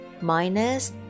minus